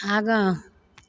आगाँ